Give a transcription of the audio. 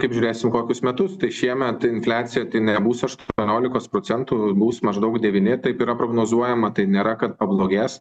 kaip žiūrėsim kokius metus šiemet infliacija nebus aštuoniolikos procentų bus maždaug devyni taip yra prognozuojama tai nėra kad pablogės